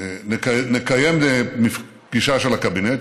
נקיים פגישה של הקבינט,